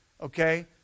okay